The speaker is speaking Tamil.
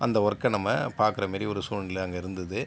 அந்த ஒர்க்கை நம்ம பார்க்கற மாதிரி ஒரு சூழ்நிலை அங்கே இருந்தது